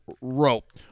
rope